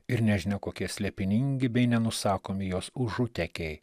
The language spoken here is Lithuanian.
ir nežinia kokie slėpiningi bei nenusakomi jos užutekiai